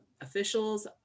officials